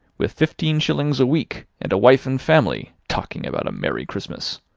with fifteen shillings a week, and a wife and family, talking about a merry christmas.